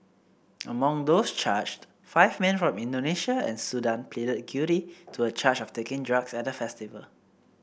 among those charged five men from Indonesia and Sudan pleaded guilty to a charge of taking drugs at the festival